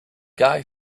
guy